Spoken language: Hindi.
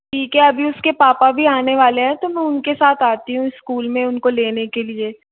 ठीक है अभी उसके पापा भी आने वाले हैं तो मैं उनके साथ आती हूँ स्कूल में उनको लेने के लिए